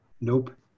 Nope